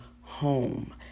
home